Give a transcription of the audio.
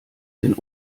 den